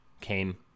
Came